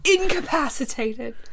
incapacitated